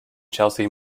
chelsea